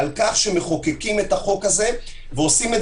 על כך שמחוקקים את החוק הזה ועושים את